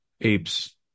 apes